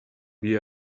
wie